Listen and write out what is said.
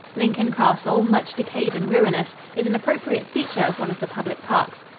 lincoln castle, much decayed and ruinous, is an appropriate feature of one of the public parks.